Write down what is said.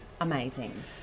amazing